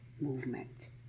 movement